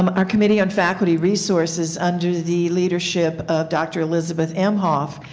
um our committee on faculty resources under the leadership of dr. elizabeth imhoff,